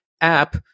app